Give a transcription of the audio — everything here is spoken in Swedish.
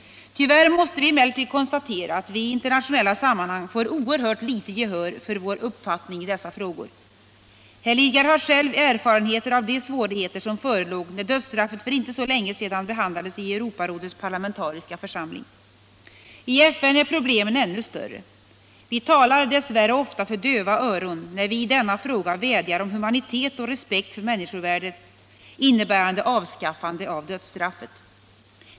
Tyvärr måste vi emellertid konstatera att vi i internationella sammanhang får oerhört litet gehör för vår uppfattning i dessa frågor. Herr Lidgard har själv erfarenheter av de svårigheter som förelåg när dödsstraffet för inte så länge sedan behandlades i Europarådets parlamentariska församling. I FN är problemen ännu större. Vi talar dess värre ofta för döva öron när vi vädjar om humanitet och respekt för människovärdet innebärande avskaffande av dödsstraffet.